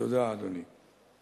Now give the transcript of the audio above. תודה, אדוני.